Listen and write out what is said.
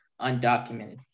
undocumented